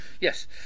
Yes